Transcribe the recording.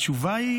התשובה היא